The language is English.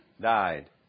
Died